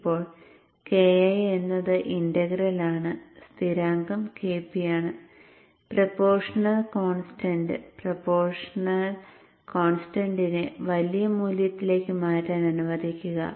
ഇപ്പോൾ Ki എന്നത് integral ആണ് സ്ഥിരാങ്കം Kp ആണ് പ്രൊപ്പോഷണൽ കോൺസ്റ്റന്റ് പ്രൊപ്പോഷണൽ കോൺസ്റ്റന്റ്സിനെ വലിയ മൂല്യത്തിലേക്ക് മാറ്റാൻ അനുവദിക്കുക